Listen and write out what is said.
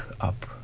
up